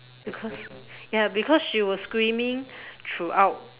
because ya because she was screaming throughout